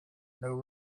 new